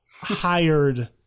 hired